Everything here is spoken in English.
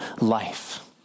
life